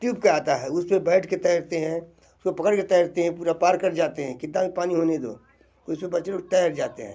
tube पर आता है उस पर बैठ कर तैरते हैं उसको पकड़ के तैरते हैं पूरा पार जाते हैं कितना भी पानी होने दो उसमें बच्चे लोग तैर जाते हैं